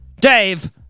Dave